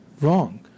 wrong